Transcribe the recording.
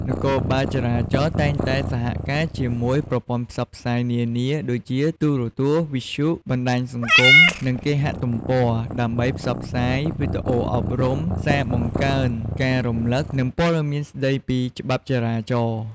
នគរបាលចរាចរណ៍តែងតែសហការជាមួយប្រព័ន្ធផ្សព្វផ្សាយនានា ដូចជាទូរទស្សន៍ វិទ្យុ បណ្តាញសង្គម និងគេហទំព័រ ដើម្បីផ្សព្វផ្សាយ វីដេអូអប់រំ សារបង្កើនការរំលឹក និងព័ត៌មានស្តីពីច្បាប់ចរាចរណ៍។